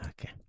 Okay